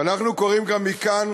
ואנחנו קוראים גם מכאן